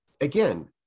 again